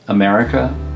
America